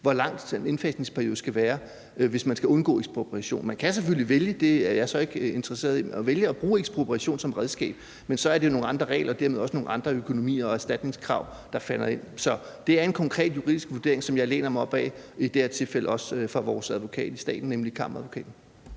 hvor lang den indfasningsperiode skal være, hvis man skal undgå en ekspropriation. Man kan selvfølgelig vælge – det er jeg så ikke interesseret i – at bruge ekspropriation som et redskab, men så er det jo nogle andre regler og dermed også nogle andre økonomiske og erstatningsmæssige krav, der kommer ind. Så det er en konkret juridisk vurdering, som jeg læner mig op ad, som i det her tilfælde også er fra vores advokat i staten, nemlig Kammeradvokaten.